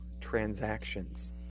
transactions